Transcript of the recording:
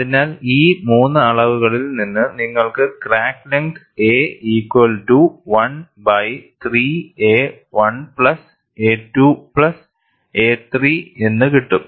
അതിനാൽ ഈ 3 അളവുകളിൽ നിന്ന് നിങ്ങൾക്ക് crack length a equal to 1 by 3 a 1 plus a 2 plus a 3 എന്നു കിട്ടും